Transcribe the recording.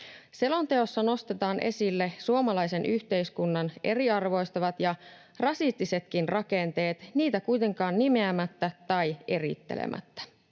Selonteossa nostetaan esille suomalaisen yhteiskunnan eriarvoistavat ja rasistisetkin rakenteet, niitä kuitenkaan nimeämättä tai erittelemättä.